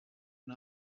and